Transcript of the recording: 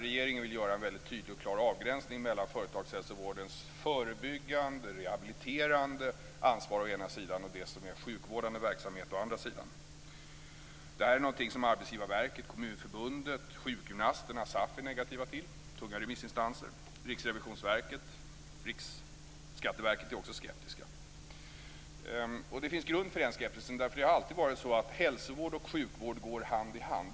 Regeringen vill göra en väldigt tydlig och klar avgränsning mellan företagshälsovårdens förebyggande och rehabiliterande ansvar å ena sidan och det som är sjukvårdande verksamhet å andra sidan. Detta är något som Arbetsgivarverket, tunga remissinstanser - är negativa till. Riksrevisionsverket och Riksskatteverket är också skeptiska. Det finns grund för denna skepsis därför att hälsovård och sjukvård alltid har gått hand i hand.